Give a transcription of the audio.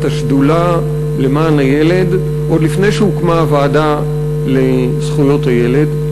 את השדולה למען הילד עוד לפני שהוקמה הוועדה לזכויות הילד.